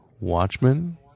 Watchmen